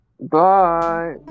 Bye